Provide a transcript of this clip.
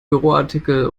büroartikel